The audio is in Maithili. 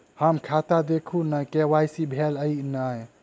हम्मर खाता देखू नै के.वाई.सी भेल अई नै?